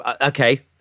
Okay